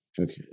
Okay